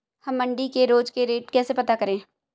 हम मंडी के रोज के रेट कैसे पता करें?